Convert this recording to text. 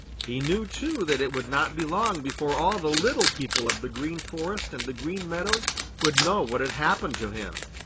he knew, too, that it would not be long before all the little people of the green forest and the green meadows would know what had happened to him.